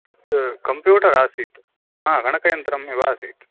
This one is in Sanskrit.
तत् कम्प्यूटर् आसीत् गणकयन्त्रमेव आसीत्